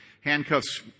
handcuffs